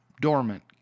dormant